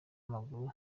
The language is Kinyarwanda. w’amaguru